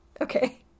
okay